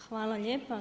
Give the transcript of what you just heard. Hvala lijepa.